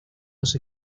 los